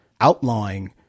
outlawing